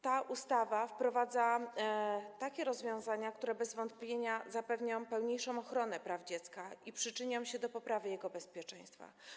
Ta ustawa wprowadza takie rozwiązania, które bez wątpienia zapewnią pełniejszą ochronę praw dziecka i przyczynią się do poprawy jego bezpieczeństwa.